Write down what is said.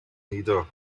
nidda